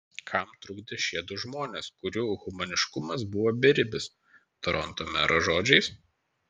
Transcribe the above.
kam trukdė šie du žmonės kurių humaniškumas buvo beribis toronto mero žodžiais